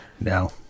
No